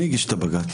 מי הגיש את הבג"ץ?